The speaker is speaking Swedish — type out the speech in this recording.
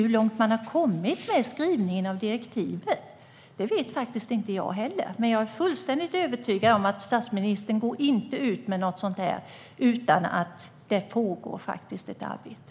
Hur långt man har kommit med skrivningen av det andra direktivet vet inte jag heller, men jag är fullständigt övertygad om att statsministern inte går ut med något utan att det pågår ett arbete.